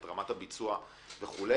את רמת הביצוע וכו'.